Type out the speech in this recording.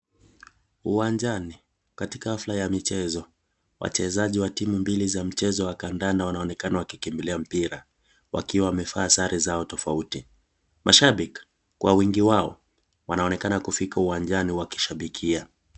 Uwanjani, katika hafla ya michezo, wachezaji wa timu mbili za mchezo wa kadanda wanaonekana wakikimbilia mpira wakiwa wamevaa sare zao tofauti. Mashabik kwa wingi wao, wanaonekana kufika uwanjani wakishabikia.